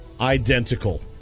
Identical